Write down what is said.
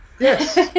yes